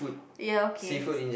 ya okay